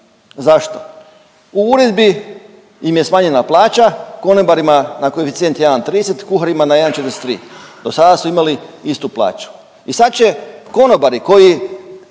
Zašto? U uredbi im je smanjena plaća konobarima na koeficijent 1,30, kuharima na 1,43. Do sada su imali istu plaću. I sad će konobari koji